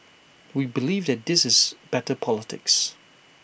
we believe that this is better politics